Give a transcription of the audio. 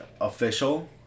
official